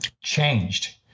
changed